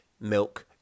milk